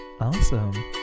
Awesome